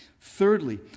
Thirdly